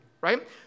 right